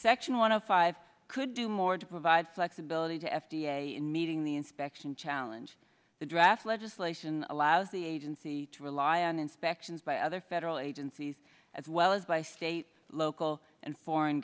section one of five could do more to provide flexibility to f d a in meeting the inspection challenge the draft legislation allows the agency to rely on inspections by other federal agencies as well as by state local and foreign